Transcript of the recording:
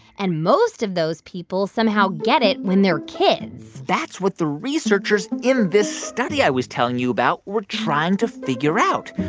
and most of those people somehow get it when they're kids that's what the researchers in this study i was telling you about were trying to figure out.